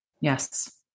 Yes